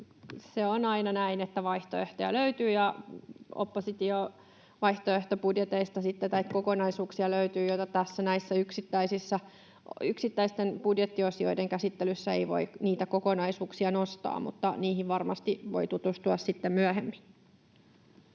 se on aina näin, että vaihtoehtoja löytyy ja opposition vaihtoehtobudjeteista kokonaisuuksia löytyy. Näitten yksittäisten budjettiasioiden käsittelyssä ei voi niitä kokonaisuuksia nostaa, mutta niihin varmasti voi tutustua sitten myöhemmin.